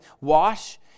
wash